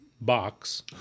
box